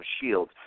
shield